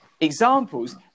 examples